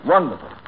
Wonderful